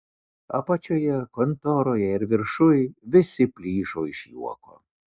apačioje kontoroje ir viršuj visi plyšo iš juoko